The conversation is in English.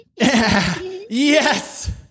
Yes